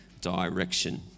direction